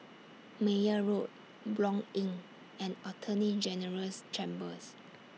Meyer Road Blanc Inn and Attorney General's Chambers